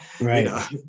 Right